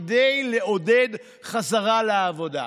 כדי לעודד חזרה לעבודה.